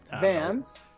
Vans